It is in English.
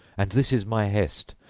and this is my hest,